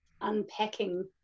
unpacking